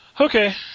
Okay